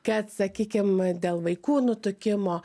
kad sakykim dėl vaikų nutukimo